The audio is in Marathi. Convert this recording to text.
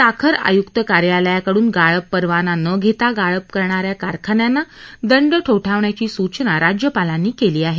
साखर आयुक्त कार्यालयाकडून गाळप परवाना न घेता गाळप करणाऱ्या कारखान्यांना दंड ठोठावण्याची सूचना राज्यपालांनी केली आहे